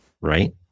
right